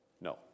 No